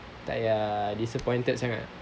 takyah disappointed sangat